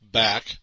back